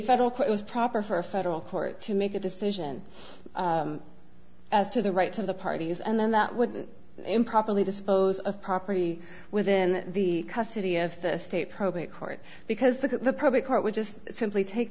federal court was proper her federal court to make a decision as to the right to the parties and then that would improperly dispose of property within the custody of the state probate court because the probate court would just simply take